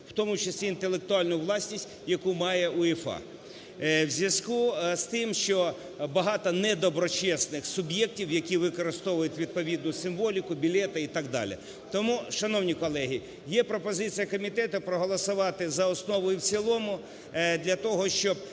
в тому числі інтелектуальну власність, яку має УЄФА. У зв'язку із тим, що багато недоброчесних суб'єктів, які використовують відповідну символіку, білети і так далі. Тому, шановні колеги, є пропозиція комітету проголосувати за основу і в цілому для того, щоб